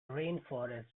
rainforests